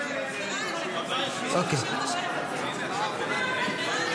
אני קובע כי הצעת חוק לימוד חובה (תיקון,